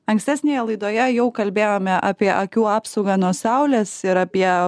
ankstesnėje laidoje jau kalbėjome apie akių apsaugą nuo saulės ir apie